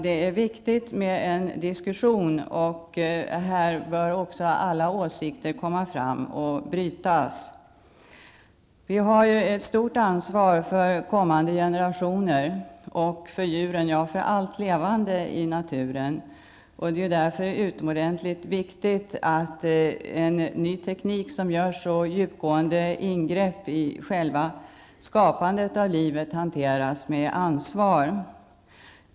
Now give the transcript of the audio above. Det är viktigt att försöka få till stånd en diskussion där alla åsikter får komma fram och brytas mot varandra. Vi har ett stort ansvar för kommande generationer, för djuren, ja, för allt levande i naturen. Därför är det utomordentligt viktigt att en ny teknik som innebär så djupgående ingrepp i själva skapandet av livet hanteras med ansvar.